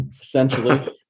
essentially